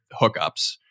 hookups